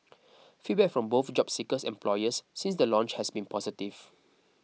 feedback from both job seekers and employers since the launch has been positive